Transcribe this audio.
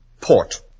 Port